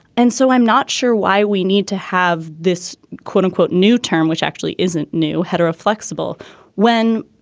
and so i'm not sure why we need to have this, quote unquote, new term, which actually isn't new hetero flexible when,